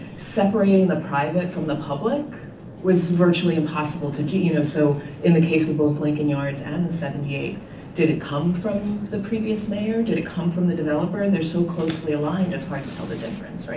separating the private from the public was virtually impossible to do. you know so in the case of both lincoln yards and the seventy eight did it come from the previous mayor, did it come from the developer? and they're so closely aligned it's hard like to tell the difference.